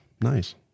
Nice